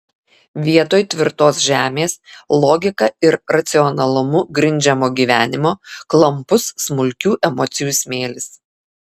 vietoj tvirtos žemės logika ir racionalumu grindžiamo gyvenimo klampus smulkių emocijų smėlis